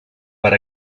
per